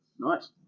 Nice